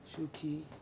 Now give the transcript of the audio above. Shuki